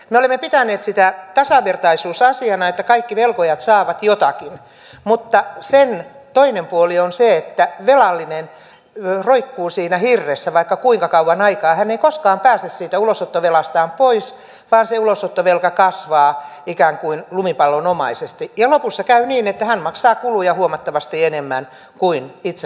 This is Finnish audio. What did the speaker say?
me olemme pitäneet sitä tasavertaisuusasiana että kaikki velkojat saavat jotakin mutta sen toinen puoli on se että velallinen roikkuu siinä hirressä vaikka kuinka kauan aikaa hän ei koskaan pääse siitä ulosottovelastaan pois vaan se ulosottovelka kasvaa ikään kuin lumipallon omaisesti ja lopussa käy niin että hän maksaa kuluja huomattavasti enemmän kuin itse pääomaa on